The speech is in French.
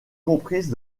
comprise